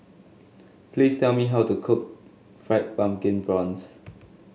please tell me how to cook Fried Pumpkin Prawns